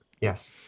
Yes